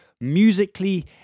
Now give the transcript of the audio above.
musically